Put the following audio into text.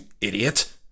idiot